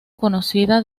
conocida